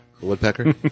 Woodpecker